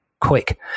quick